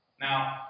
Now